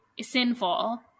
sinful